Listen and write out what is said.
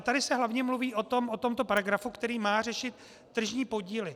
Tady se ale hlavně mluví o tomto paragrafu, který má řešit tržní podíly.